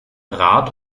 rat